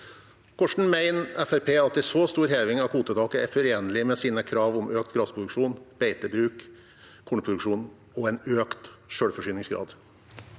at en så stor heving av kvotetaket er forenlig med deres krav om økt gressproduksjon, beitebruk, kornproduksjon og en økt selvforsyningsgrad?